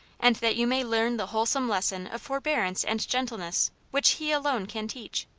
and that you may learn the whole some lesson of forbearance and gentleness, which he alone can teach.